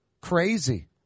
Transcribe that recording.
Crazy